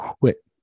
Quit